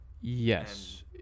yes